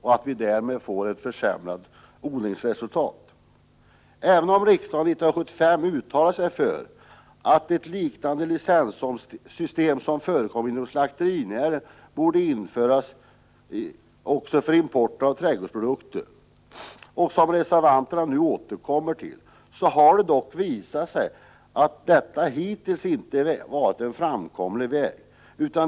Även om riksdagen 1975 uttalade sig för att ett licenssystem liknande det som förekommer inom slakterinäringen borde införas också för import av trädgårdsprodukter— som reservanterna nu återkommer till — har det visat sig att detta hittills inte har varit en framkomlig väg.